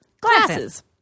Glasses